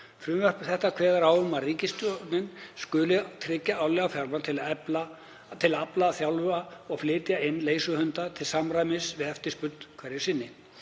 Frumvarp þetta kveður á um að ríkissjóður skuli tryggja árlega fjármagn til að afla, þjálfa og flytja inn leiðsöguhunda til samræmis við eftirspurn hverju sinni.